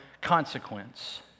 consequence